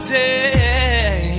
day